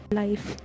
life